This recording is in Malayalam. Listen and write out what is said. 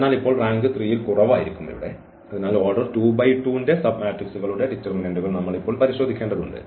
അതിനാൽ ഇപ്പോൾ റാങ്ക് 3 ൽ കുറവായിരിക്കും അതിനാൽ ഓർഡർ 2 × 2 ന്റെ സബ്മാട്രിക്സ്കളുടെ ഡിറ്റർമിനന്റ്കൾ നമ്മൾ ഇപ്പോൾ പരിശോധിക്കേണ്ടതുണ്ട്